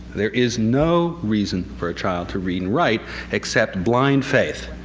there is no reason for a child to read and write except blind faith,